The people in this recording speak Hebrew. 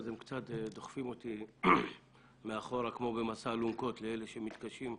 אז הם קצת דוחפים אותי מאחור כמו במסע אלונקות לאלה שמתקשים לסחוב.